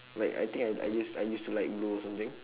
like I think I I used I used to like blue or something